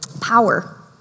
power